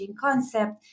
concept